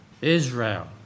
Israel